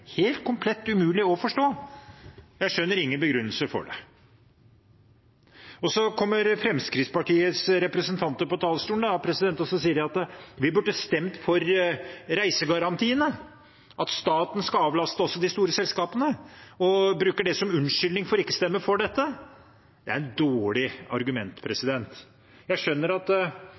komplett umulig å forstå. Jeg skjønner ingen av begrunnelsene for det. Så kommer Fremskrittspartiets representanter på talerstolen og sier at vi burde stemme for reisegarantiene, at staten skal avlaste også de store selskapene, og bruker det som unnskyldning for ikke å stemme for dette. Det er et dårlig argument.